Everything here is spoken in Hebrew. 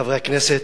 חברי הכנסת,